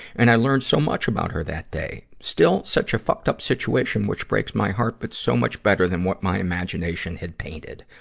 and i learned so much about her that day. still, such a fucked-up situation which breaks my heart, but so much better than what my imagination had painted.